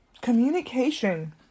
Communication